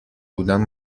بودند